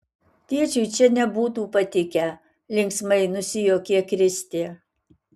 tėčiui čia nebūtų patikę linksmai nusijuokė kristė